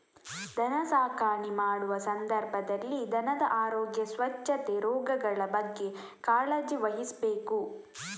ದನ ಸಾಕಣೆ ಮಾಡುವ ಸಂದರ್ಭದಲ್ಲಿ ದನದ ಆರೋಗ್ಯ, ಸ್ವಚ್ಛತೆ, ರೋಗಗಳ ಬಗ್ಗೆ ಕಾಳಜಿ ವಹಿಸ್ಬೇಕು